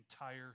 entire